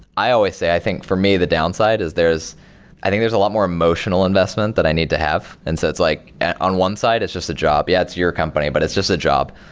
i always say, i think for me the downside is there's i think there's a lot more emotional investment that i need to have. and so it's like on one side it's just a job. yeah, it's your company, but it's just a job.